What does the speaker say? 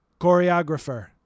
choreographer